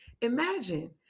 Imagine